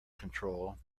control